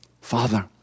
Father